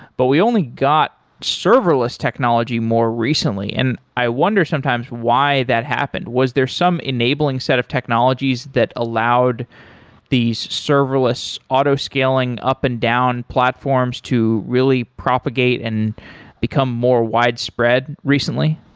but we only got serverless technology more recently and i wonder sometimes why that happen. was there some enabling set of technologies that allowed these serverless auto-scaling up and down platforms to really propagate and become more widespread recently?